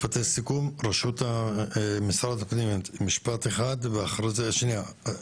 משרד הפנים, בבקשה כמה